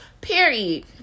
period